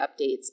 updates